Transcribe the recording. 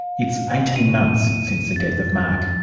it's eighteen months since the death of mark,